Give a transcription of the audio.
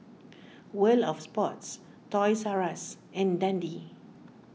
World of Sports Toys R Us and Dundee